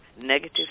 negative